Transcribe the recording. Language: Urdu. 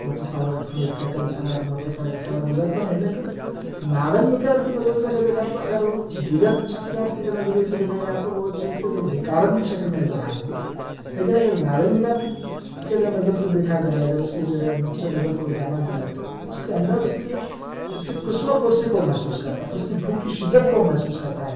موٹر سوا سائیکل سوار موٹر سائیکل سوار گُزرتے ہے لیکن ناول نگار کی نظر سے اگر دیکھا جائے تو اگر تو وہ اگر دیگر شخصیات کی نظریے سے دیکھا جائے تو وہ جیسے صرف بھکارن کی شکل میں نظر آئے گی لیکن اگر ایک ناول نگار کے اگر نظر سے دیکھا جائے اگر اُس کے جو ہے نقطے نظر کو جانا جائے تو اُس کے اندر اُس کی ایک اُس کی کسمہ پورشی کو محسوس کرتا ہے اُس کی بھوک کی شدّت کو وہ محسوس کرتا ہیں